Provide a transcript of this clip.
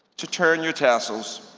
to turn your tassels